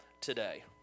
today